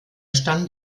stand